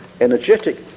energetic